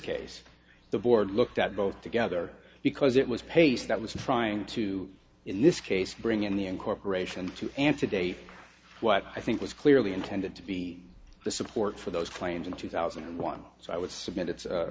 case the board looked at both together because it was paced that was trying to in this case bring in the incorporation to answer day what i think was clearly intended to be the support for those claims in two thousand and one so i would submit